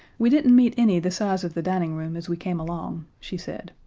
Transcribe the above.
we didn't meet any the size of the dining room as we came along, she said.